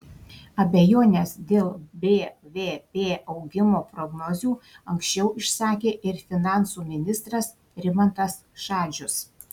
abejones dėl bvp augimo prognozių anksčiau išsakė ir finansų ministras rimantas šadžius